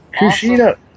kushida